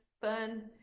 fun